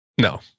no